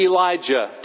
Elijah